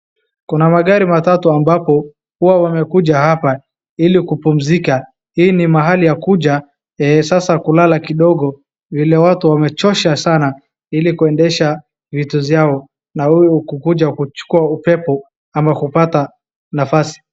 Kuna magari matatu ambapo huwa wamekuja hapa ili kupumzika. Hii ni mahali ya kuja sasa kulala kidogo vile watu wamechosha sana ili kuendesha vitu vyao na huyu kukuja kuchukua upepo ama kupata nafasi.